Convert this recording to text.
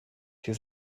his